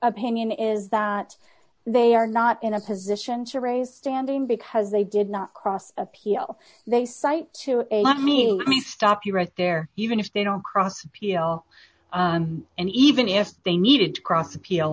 opinion is that they are not in a position to raise standing because they did not cross appeal they cite to me let me stop you right there even if they don't cross appeal and even if they needed cross appeal